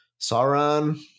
Sauron